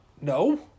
No